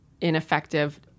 ineffective